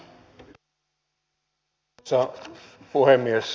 arvoisa puhemies